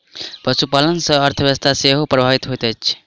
पशुपालन सॅ अर्थव्यवस्था सेहो प्रभावित होइत छै